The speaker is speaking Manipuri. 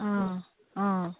ꯑꯥ ꯑꯥ